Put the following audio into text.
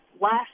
last